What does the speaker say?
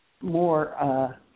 more